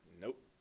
Nope